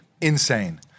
Insane